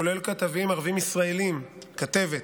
כולל כתבים ערבים ישראלים, כתבת